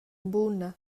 buna